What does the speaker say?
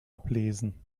ablesen